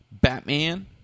Batman